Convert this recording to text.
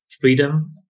freedom